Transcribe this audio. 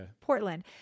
Portland